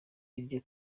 iryo